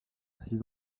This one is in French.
six